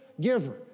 giver